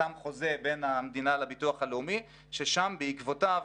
נחתם חוזה בין המדינה לביטוח הלאומי ששם בעקבותיו